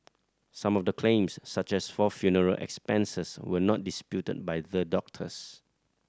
some of the claims such as for funeral expenses were not disputed by the doctors